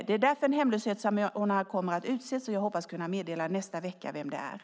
Det är därför en hemlöshetssamordnare kommer att utses, och jag hoppas kunna meddela vem det blir nästa vecka.